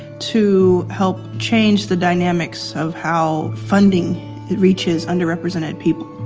to help change the dynamics of how funding reaches underrepresented people.